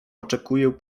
oczekuję